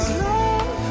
love